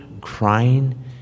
crying